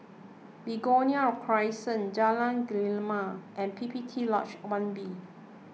Begonia Crescent Jalan Gemala and P P T Lodge one B